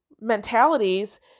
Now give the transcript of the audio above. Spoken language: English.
mentalities